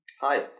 Hi